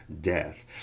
death